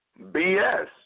bs